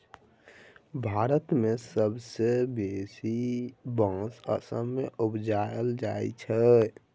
भारत मे सबसँ बेसी बाँस असम मे उपजाएल जाइ छै